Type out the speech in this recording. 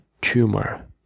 tumor